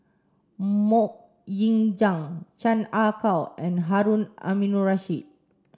Mok Ying Jang Chan Ah Kow and Harun Aminurrashid